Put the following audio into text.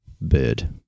Bird